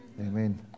Amen